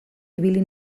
ibili